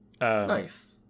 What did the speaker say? Nice